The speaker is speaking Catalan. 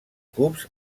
cubs